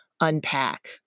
unpack